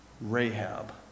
Rahab